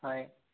হয়